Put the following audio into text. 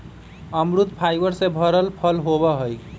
अमरुद फाइबर से भरल फल होबा हई